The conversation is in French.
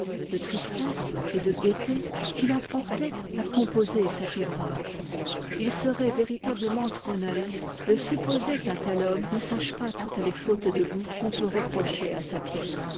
de tristesse et de gaieté qui l'a porté à composer cet ouvrage il serait véritablement trop naïf de supposer qu'un tel homme ne sache pas toutes les fautes de goût qu'on peut reprocher à sa pièce